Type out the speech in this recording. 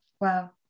Wow